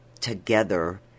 together